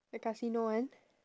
the casino one